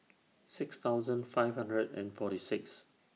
six thousand five hundred and forty six